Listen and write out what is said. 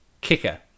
kicker